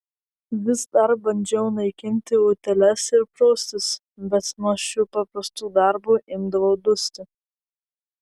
vis dar bandžiau naikinti utėles ir praustis bet nuo šių paprastų darbų imdavau dusti